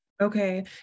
Okay